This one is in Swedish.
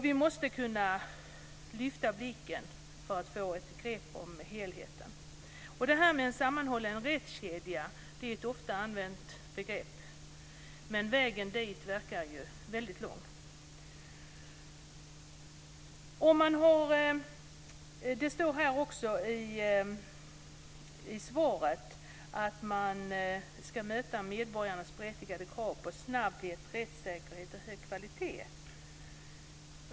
Vi måste kunna lyfta blicken så att vi kan få ett grepp om helheten. En sammanhållen rättskedja är ett ofta använt begrepp. Men vägen dit verkar vara väldigt lång. Det står också i svaret att man ska möta medborgarnas berättigade krav på snabbhet, rättssäkerhet och hög kvalitet.